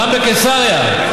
גם בקיסריה,